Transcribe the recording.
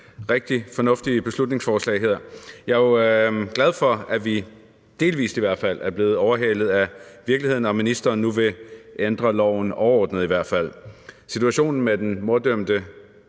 rigtig fornuftigt beslutningsforslag her. Jeg er jo glad for, at vi – i hvert fald delvis – er blevet overhalet af virkeligheden, og at ministeren nu vil ændre loven, i hvert fald overordnet. Situationen med den morddømte